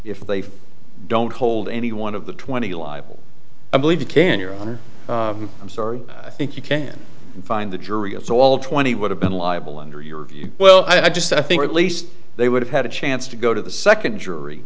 if they don't hold any one of the twenty liable i believe you can your honor i'm sorry i think you can find the jury it's all twenty would have been liable under your well i just i think at least they would have had a chance to go to the second jury